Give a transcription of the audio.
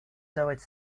давать